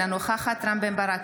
אינה נוכחת רם בן ברק,